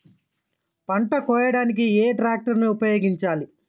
పంట కోయడానికి ఏ ట్రాక్టర్ ని ఉపయోగించాలి?